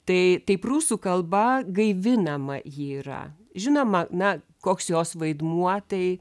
tai tai prūsų kalba gaivinama ji yra žinoma na koks jos vaidmuo tai